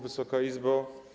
Wysoka Izbo!